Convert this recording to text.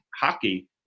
hockey